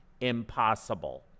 impossible